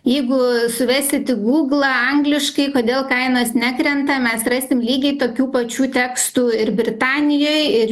jeigu suvesit tik gūglą angliškai kodėl kainos nekrenta mes rasim lygiai tokių pačių tekstų ir britanijoj ir